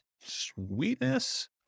Sweetness